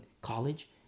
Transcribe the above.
college